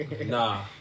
Nah